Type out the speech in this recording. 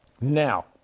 Now